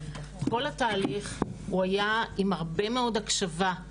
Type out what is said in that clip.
כל התהליך הוא היה עם הרבה מאוד הקשבה,